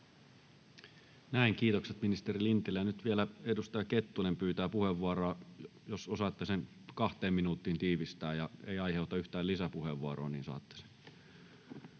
Näin, kiitokset, ministeri Lintilä. — Nyt vielä edustaja Kettunen pyytää puheenvuoroa. Jos osaatte sen kahteen minuuttiin tiivistää ja se ei aiheuta yhtään lisäpuheenvuoroa, niin saatte sen.